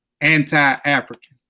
anti-African